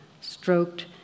stroked